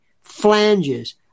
flanges